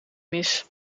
mis